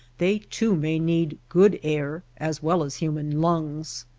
they, too, may need good air as well as human lungs.